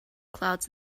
clouds